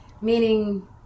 meaning